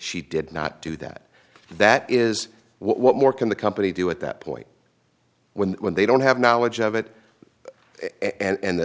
she did not do that that is what more can the company do at that point when they don't have knowledge of it and